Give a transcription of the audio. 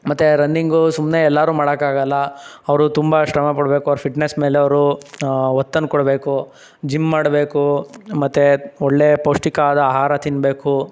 ಮತ್ತು ರನ್ನಿಂಗು ಸುಮ್ಮನೆ ಎಲ್ಲಾರು ಮಾಡಕ್ಕಾಗಲ್ಲ ಅವರು ತುಂಬ ಶ್ರಮಪಡಬೇಕು ಅವ್ರ ಫಿಟ್ನೆಸ್ ಮೇಲೆ ಅವರು ಒತ್ತನ್ನು ಕೊಡಬೇಕು ಜಿಮ್ ಮಾಡಬೇಕು ಮತ್ತು ಒಳ್ಳೆ ಪೌಷ್ಟಿಕ ಆದ ಆಹಾರ ತಿನ್ನಬೇಕು